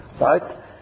right